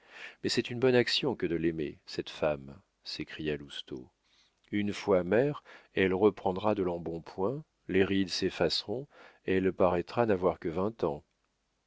mais c'est une bonne action que de l'aimer cette femme s'écria lousteau une fois mère elle reprendra de l'embonpoint les rides s'effaceront elle paraîtra n'avoir que vingt ans